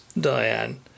Diane